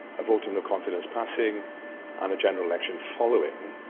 a vote of no confidence passing and a general election following.